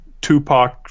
Tupac